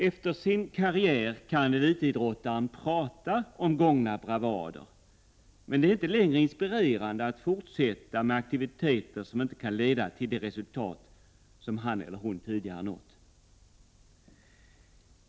Efter sin karriär kan elitidrottaren prata om gångna bravader, men det är inte längre inspirerande att fortsätta med aktiviteter som inte kan leda till de resultat som han eller hon tidigare nått.